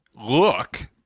look